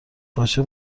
باچه